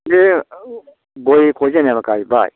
बे गयखौ जेन'बा गायबाय